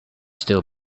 still